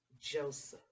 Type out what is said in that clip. Joseph